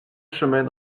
chemin